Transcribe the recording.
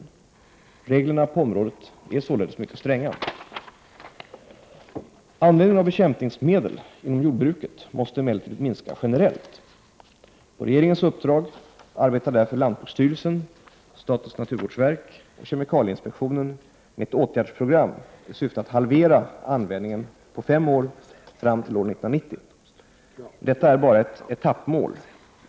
Reglerna på området är således mycket stränga. Användningen av bekämpningsmedel inom jordbruket måste emellertid minska generellt. På regeringens uppdrag arbetar därför lantbruksstyrelsen, statens naturvårdsverk och kemikalieinspektionen med ett åtgärdsprogram i syfte att halvera användningen på fem år, fram till år 1990. Detta är bara ett etappmål.